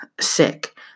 sick